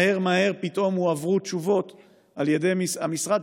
מהר מהר פתאום הועברו תשובות על ידי המשרד,